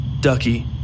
Ducky